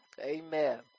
Amen